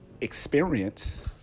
experience